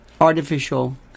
artificial